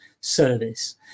service